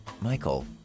Michael